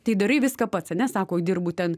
tai darai viską pats ane sako dirbu ten